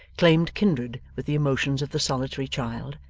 claimed kindred with the emotions of the solitary child,